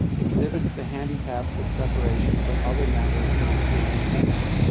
exhibits the handicaps of separation from other members of the city of venice.